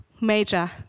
major